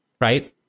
right